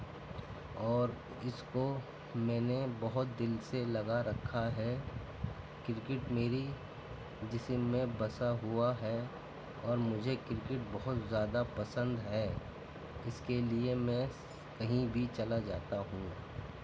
اور اِس کو میں نے بہت دِل سے لگا رکھا ہے کرکٹ میری جسم میں بسا ہُوا ہے اور مجھے کرکٹ بہت زیادہ پسند ہے اِس کے لیے میں کہیں بھی چلا جاتا ہوں